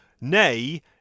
Nay